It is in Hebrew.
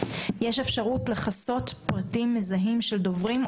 יש אפשרות לחסות פרטים מזהים של דוברים,